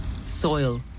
Soil